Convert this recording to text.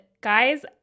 guys